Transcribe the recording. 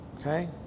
okay